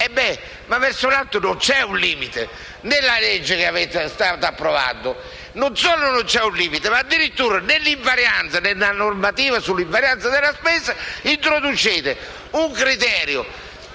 Ma verso l'alto non c'è un limite: nella legge che state approvando non solo non c'è un limite, ma addirittura nella normativa sull'invarianza della spesa introducete un criterio